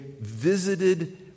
visited